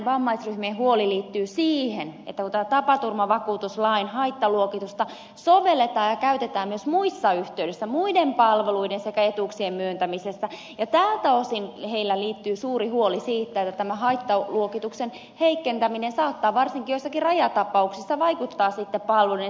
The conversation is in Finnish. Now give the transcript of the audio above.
lähinnähän vammaisryhmien huoli liittyy siihen että tätä tapaturmavakuutuslain haittaluokitusta sovelletaan ja käytetään myös muissa yhteyksissä muiden palveluiden sekä etuuksien myöntämisessä ja tältä osin heillä liittyy suuri huoli siitä että tämä haittaluokituksen heikentäminen saattaa varsinkin joissakin rajatapauksissa vaikuttaa palvelujen saantiin jatkossa